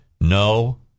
no